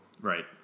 Right